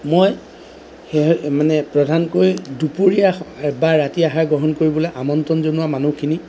মই সেয়ে মানে প্ৰধানকৈ দুপৰীয়া বা ৰাতি আহাৰ গ্ৰহণ কৰিবলৈ আমন্ত্ৰণ জনোৱা মানুহখিনিক